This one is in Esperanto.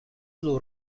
plu